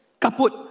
kaput